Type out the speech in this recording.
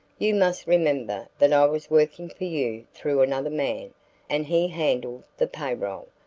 you must remember that i was working for you through another man and he handled the pay roll,